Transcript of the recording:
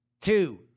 Two